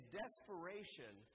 desperation